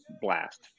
blast